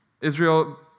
Israel